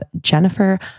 Jennifer